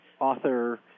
author